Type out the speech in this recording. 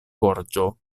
gorĝo